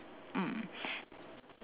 mm